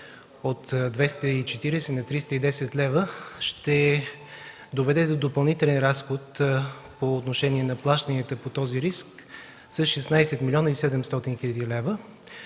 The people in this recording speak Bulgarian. от 240 на 310 лв. ще доведе до допълнителен разход по отношение на плащанията по този риск с 16 млн. 700 хил. лв.